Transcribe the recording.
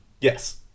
Yes